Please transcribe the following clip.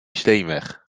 steenweg